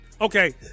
okay